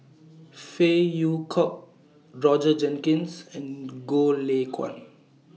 Phey Yew Kok Roger Jenkins and Goh Lay Kuan